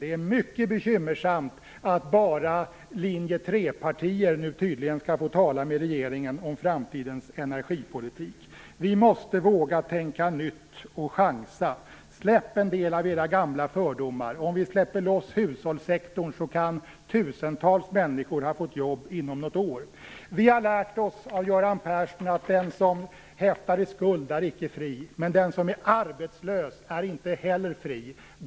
Det är mycket bekymmersamt att bara linje-3-partier nu tydligen skall få tala med regeringen om framtidens energipolitik. Vi måste våga tänka nytt och chansa. Släpp en del av era gamla fördomar! Om vi släpper loss hushållssektorn kan tusentals människor ha fått jobb inom något år. Vi har lärt oss av Göran Persson att den som häftar i skuld icke är fri. Men den som är arbetslös är inte heller fri.